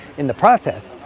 in the process,